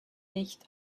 nicht